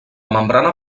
membrana